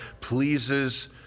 pleases